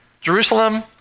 Jerusalem